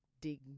dig